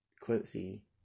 Quincy